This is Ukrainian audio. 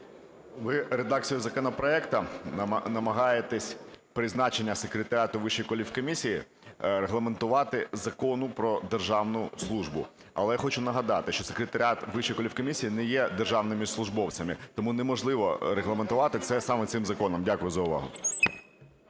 Ви в редакції законопроекту намагаєтесь призначення секретаріату Вищої кваліфкомісії регламентувати Законом "Про державну службу". Але хочу нагадати, що секретаріат Вищої кваліфкомісії не є державними службовцями, тому неможливо регламентувати це саме цим законом. Дякую за увагу.